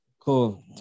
Cool